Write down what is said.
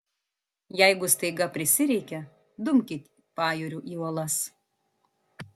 jeigu staiga prisireikia dumkit pajūriu į uolas